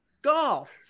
Golf